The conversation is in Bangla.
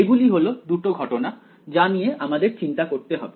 এগুলি হল দুটো ঘটনা যা নিয়ে আমাদের চিন্তা করতে হবে